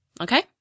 Okay